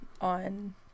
on